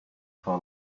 for